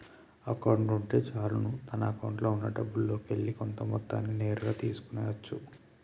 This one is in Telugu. అకౌంట్ ఉంటే చాలును తన అకౌంట్లో ఉన్నా డబ్బుల్లోకెల్లి కొంత మొత్తాన్ని నేరుగా తీసుకో అచ్చు